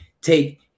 take